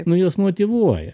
nu jos motyvuoja